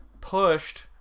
pushed